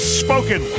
spoken